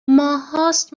ماههاست